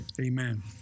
amen